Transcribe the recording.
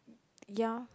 ya